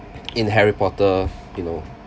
in harry potter you know